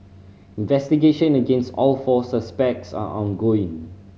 investigation against all four suspects are ongoing